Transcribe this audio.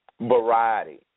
variety